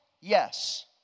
Yes